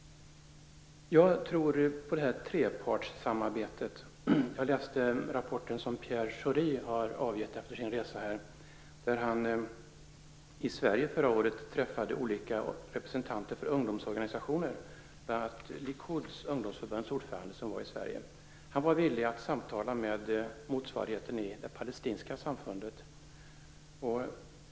Jag tror på trepartssamarbetet. Jag läste den rapport som Pierre Schori har avgett efter sin resa i området. Förra året träffade han i Sverige olika representanter för ungdomsorganisationer, bl.a. Likuds ungdomsförbunds ordförande som var i Sverige. Han var villig att samtala med motsvarigheten i det palestinska samfundet.